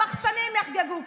המחסנאים יחגגו,